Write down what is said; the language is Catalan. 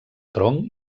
tronc